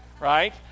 right